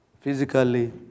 physically